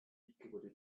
equally